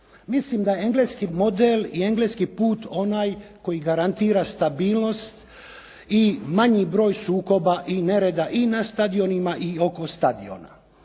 Mislim da engleski model i engleski put onaj koji garantira stabilnost i manji broj sukoba i nereda i na stadionima i oko stadiona.